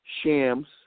Shams